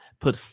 put